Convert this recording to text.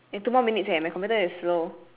eh two more minutes eh my computer is slow